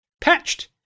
Patched